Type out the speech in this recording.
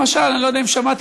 למשל,